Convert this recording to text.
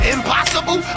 Impossible